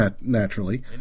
naturally